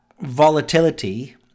volatility